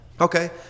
Okay